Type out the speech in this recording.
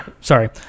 sorry